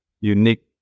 unique